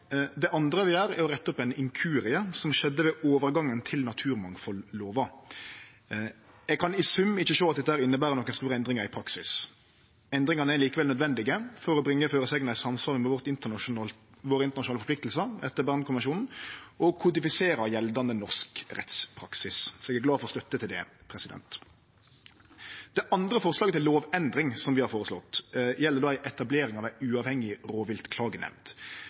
Det andre vi gjer, er å rette opp ein inkurie som skjedde ved overgangen til naturmangfaldlova. Eg kan i sum ikkje sjå at dette inneber nokre store endringar i praksis. Endringane er likevel nødvendige for å bringe føresegna i samsvar med våre internasjonale forpliktingar etter Bernkonvensjonen og kodifiserer gjeldande norsk rettspraksis. Så eg er glad for støtte til det. Det andre forslaget til lovendring som vi har, gjeld etablering av ei uavhengig